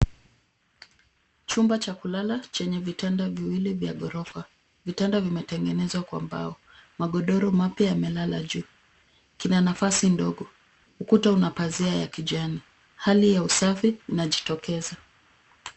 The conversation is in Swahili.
Chumba cha kulala chenye vitanda viwili vya ghorofa. Vitanda vimetengenezwa kwa mbao. Magodoro mapya yamelaka juu. Kuna nafasi ndogo. Ukuta una pazia ya majani. Hali ya usafi inajitokeza.